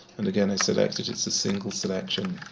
and again, if selected, it's a single selection.